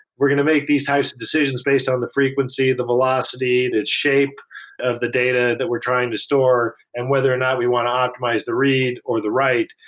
we're going to make these types of decisions based on the frequency, the velocity, the shape of the data that we're trying to store and whether or not we want to optimize the read or the write.